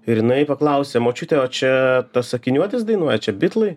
ir jinai paklausė močiute o čia tas akiniuotis dainuoja čia bitlai